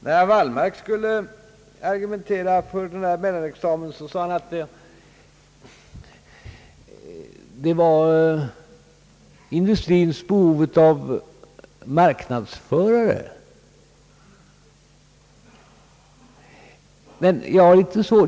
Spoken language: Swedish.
När herr Wallmark talade för denna mellanexamen, sade han att industrins behov av marknadsförare måste tillgodoses.